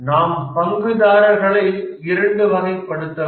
நாம் பங்குதாரர்களை இரண்டு வகைப்படுத்தலாம்